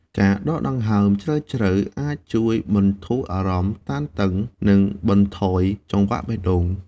ការដកដង្ហើមជ្រៅៗអាចជួយបន្ធូរអារម្មណ៍តានតឹង និងបន្ថយចង្វាក់បេះដូង។